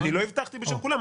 אני לא הבטחתי בשם כולם.